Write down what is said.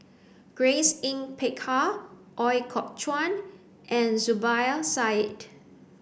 Grace Yin Peck Ha Ooi Kok Chuen and Zubir Said